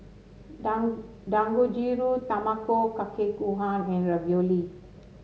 Dang Dangojiru Tamago Kake Gohan and Ravioli